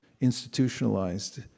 institutionalized